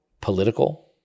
political